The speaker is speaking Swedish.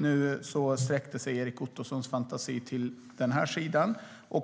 Nu sträckte sig Erik Ottosons fantasi till den här sidan.